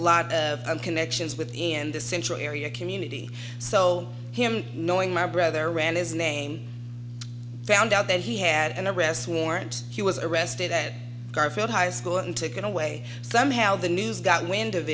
lot of connections with the and the central area community so him knowing my brother ran his name found out that he had an arrest warrant he was arrested at garfield high school and taken away somehow the news got wind of